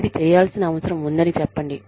ఇది చేయాల్సిన అవసరం ఉందని చెప్పండి